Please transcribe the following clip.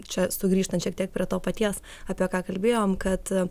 čia sugrįžtant šiek tiek prie to paties apie ką kalbėjom kad